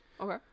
Okay